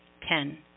Ten